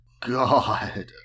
God